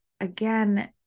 again